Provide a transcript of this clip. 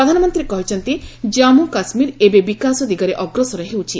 ପ୍ରଧାନମନ୍ତ୍ରୀ କହିଛନ୍ତି ଜାନ୍ଗୁ କାଶ୍ମୀର ଏବେ ବିକାଶ ଦିଗରେ ଅଗ୍ରସର ହେଉଛି